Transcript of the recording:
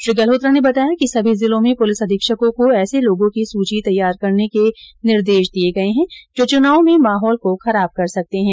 श्री गल्होत्रा ने बताया कि सभी जिलों में पुलिस अधीक्षको को ऐसे लोगों की सूची तैयार करने के निर्देश दिए गए हैं जो चुनाव में माहौले को खराब कर सकते हैं